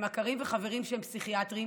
מכרים וחברים שהם פסיכיאטרים,